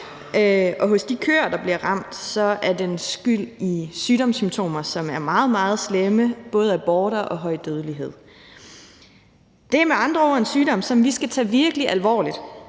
Hos de køer, der bliver ramt, er den skyld i sygdomssymptomer, som er meget, meget slemme. Det er både aborter og høj dødelighed. Det er med andre ord en sygdom, som vi skal tage virkelig alvorligt,